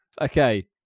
Okay